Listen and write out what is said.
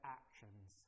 actions